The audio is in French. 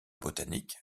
botanique